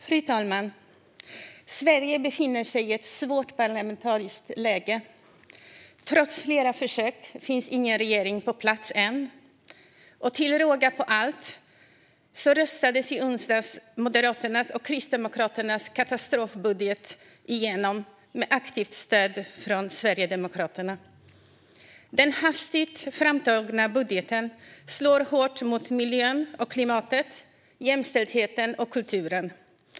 Fru talman! Sverige befinner sig i ett svårt parlamentariskt läge. Trots flera försök finns ingen regering på plats än. Till råga på allt röstades i onsdags Moderaternas och Kristdemokraternas katastrofbudget igenom med aktivt stöd från Sverigedemokraterna. Den hastigt framtagna budgeten slår hårt mot miljön och klimatet, jämställdheten och kulturen.